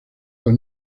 con